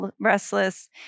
restless